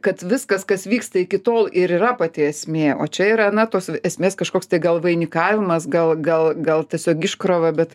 kad viskas kas vyksta iki tol ir yra pati esmė o čia yra na tos esmės kažkoks tai gal vainikavimas gal gal gal tiesiog iškrova bet